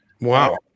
Wow